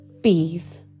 Bees